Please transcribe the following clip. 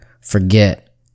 forget